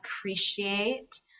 appreciate